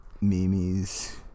memes